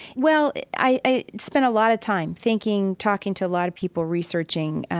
well, i spent a lot of time thinking, talking to a lot of people, researching.